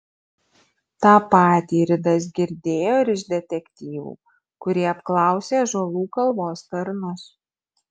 tą patį ridas girdėjo ir iš detektyvų kurie apklausė ąžuolų kalvos tarnus